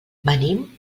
venim